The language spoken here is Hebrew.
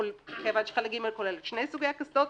כיוון שחלק ג' כולל את שני סוגי הקסדות,